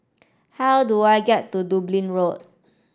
how do I get to Dublin Road